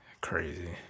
crazy